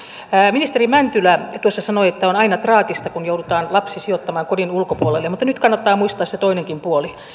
ministeri mäntylä tuossa sanoi että on aina traagista kun joudutaan lapsi sijoittamaan kodin ulkopuolelle mutta nyt kannattaa muistaa se toinenkin puoli